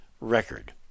record